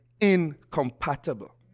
incompatible